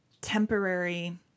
temporary